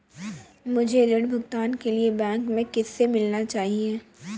मुझे ऋण भुगतान के लिए बैंक में किससे मिलना चाहिए?